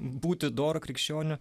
būti doru krikščioniu